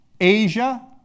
Asia